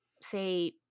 say